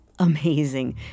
amazing